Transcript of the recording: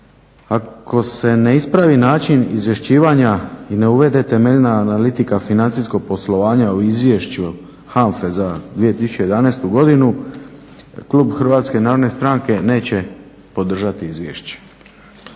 Ako se ne ispravi način izvješćivanja i ne uvede temeljna analitika financijskog poslovanja o izvješću HANFA-e za 2011. godinu klub Hrvatske narodne stranke neće podržati izvješće.